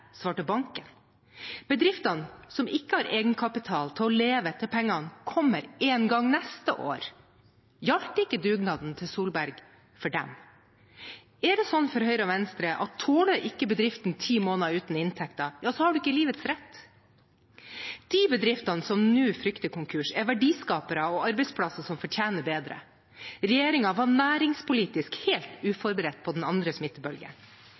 svarte banken. De bedriftene som ikke har egenkapital til å leve til pengene kommer en gang neste år, gjaldt ikke dugnaden til Solberg for dem? Er det sånn for Høyre og Venstre at tåler ikke bedriften ti måneder uten inntekter, har den ikke livets rett? De bedriftene som nå frykter konkurs, er verdiskapere og arbeidsplasser som fortjener bedre. Regjeringen var næringspolitisk helt uforberedt på den andre